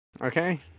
Okay